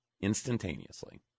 instantaneously